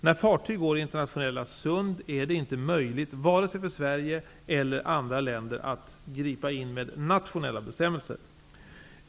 När fartyg går i internationella sund är det inte möjligt vare sig för Sverige eller andra länder att gripa in med nationella bestämmelser.